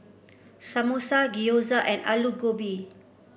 Samosa Gyoza and Alu Gobi